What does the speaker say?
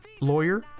lawyer